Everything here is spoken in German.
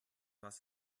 was